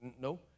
No